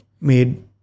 made